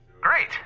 great